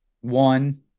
one